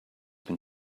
been